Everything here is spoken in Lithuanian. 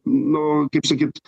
nu kaip sakyt